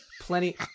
plenty